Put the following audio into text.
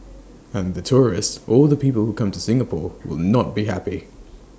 and the tourists or the people who come to Singapore will not be happy